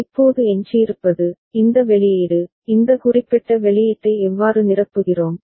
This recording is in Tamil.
இப்போது எஞ்சியிருப்பது இந்த வெளியீடு இந்த குறிப்பிட்ட வெளியீட்டை எவ்வாறு நிரப்புகிறோம்